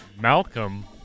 Malcolm